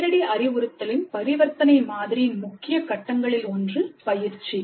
நேரடி அறிவுறுத்தலின் பரிவர்த்தனை மாதிரியின் முக்கிய கட்டங்களில் ஒன்று பயிற்சி